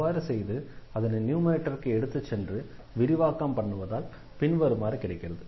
அவ்வாறு செய்து அதனை நியூமரேட்டருக்கு எடுத்துச் சென்று விரிவாக்கம் பண்ணுவதால் பின்வருமாறு கிடைக்கிறது